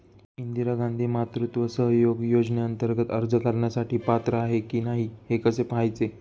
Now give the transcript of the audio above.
इंदिरा गांधी मातृत्व सहयोग योजनेअंतर्गत अर्ज करण्यासाठी पात्र आहे की नाही हे कसे पाहायचे?